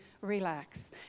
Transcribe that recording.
relax